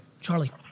Charlie